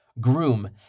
groom